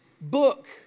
book